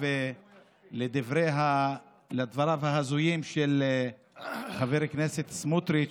לדבריו ההזויים של חבר הכנסת סמוטריץ',